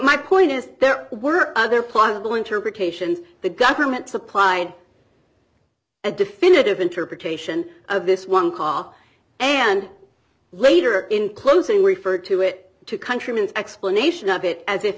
my point is there were other possible interpretations the government supplied a definitive interpretation of this one call and later in closing refer to it to countryman's explanation of it as if